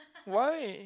why